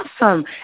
awesome